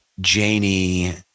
Janie –